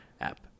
app